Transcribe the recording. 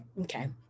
okay